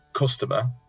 customer